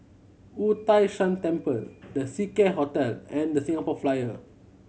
Wu Tai Shan Temple The Seacare Hotel and The Singapore Flyer